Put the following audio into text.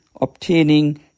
obtaining